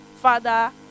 Father